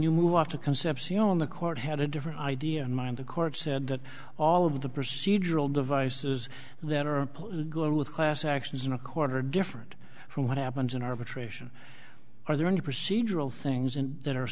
you move to concepcion the court had a different idea in mind the court said that all of the procedural devices that are good with class actions in a quarter different from what happens in arbitration are there any procedural things in that are